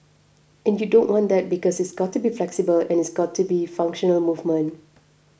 and you don't want that because it's got to be flexible and it's got to be functional movement